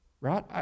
right